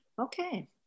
Okay